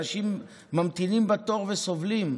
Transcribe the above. אנשים ממתינים בתור וסובלים.